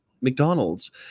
McDonald's